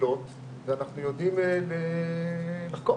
מקבילות ואנחנו יודעים לחקור,